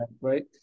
right